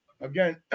again